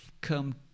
come